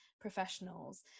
professionals